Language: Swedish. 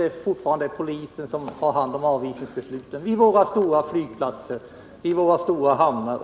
Det är fortfarande polisen som har hand om avvisningsbesluten vid våra stora flygplatser och i våra hamnar.